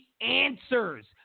answers